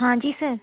हाँ जी सर